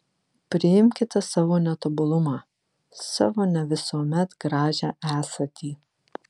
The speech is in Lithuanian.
priimkite savo netobulumą savo ne visuomet gražią esatį